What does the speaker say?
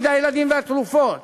בגדי הילדים והתרופות.